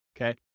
okay